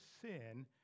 sin